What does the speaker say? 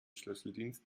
schlüsseldienst